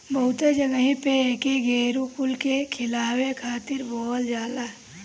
बहुते जगही पे एके गोरु कुल के खियावे खातिर बोअल जाला